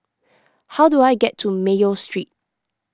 how do I get to Mayo Street